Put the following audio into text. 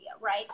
right